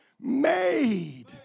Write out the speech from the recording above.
made